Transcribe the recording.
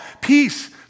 peace